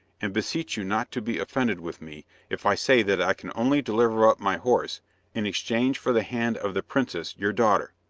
and beseech you not to be offended with me if i say that i can only deliver up my horse in exchange for the hand of the princess your daughter.